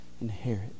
inherit